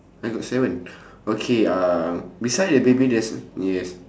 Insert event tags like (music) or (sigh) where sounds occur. I got seven (breath) okay uh beside the baby there's yes